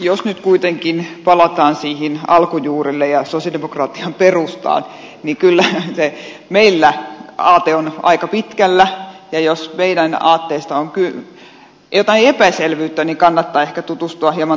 jos nyt kuitenkin palataan niille alkujuurille ja sosialidemokratian perustaan niin kyllähän meillä se aate on aika pitkällä ja jos meidän aatteistamme on jotain epäselvyyttä niin kannattaa ehkä tutustua hieman tarkemmin siihen lähtökohtaan